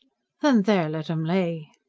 then there let em lay!